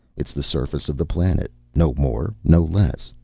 it's the surface of the planet, no more, no less.